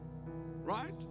right